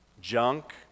junk